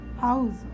house